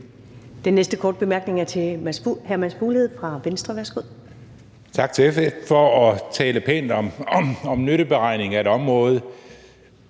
Den næste korte bemærkning er fra hr. Mads Fuglede fra Venstre. Værsgo. Kl. 18:09 Mads Fuglede (V): Tak til SF for at tale pænt om nytteberegning af et område.